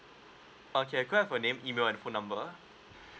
okay can I have a name email and a phone number